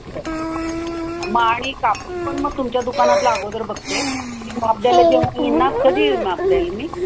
बरं मग आणि कापड पण मग तुमच्या दुकानातलं अगोदर बघते मी माप द्यायला जेव्हा येईन ना कधी येऊ माप द्यायला मी